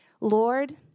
Lord